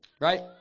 right